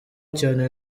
cyane